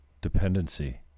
dependency